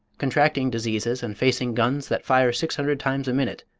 contracting diseases and facing guns that fire six hundred times a minute,